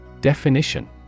Definition